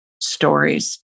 stories